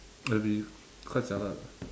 will be quite jialat